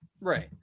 right